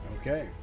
Okay